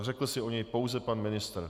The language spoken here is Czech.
Řekl si o něj pouze pan ministr.